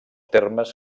termes